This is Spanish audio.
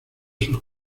sus